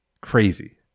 crazy